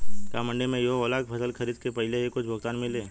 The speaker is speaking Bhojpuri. का मंडी में इहो होला की फसल के खरीदे के पहिले ही कुछ भुगतान मिले?